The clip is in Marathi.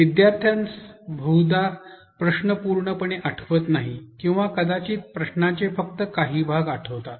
विद्यार्थ्यास बहुधा प्रश्न पूर्णपणे आठवत नाही किंवा कदाचित प्रश्नाचे फक्त काही भाग आठवतात